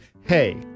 hey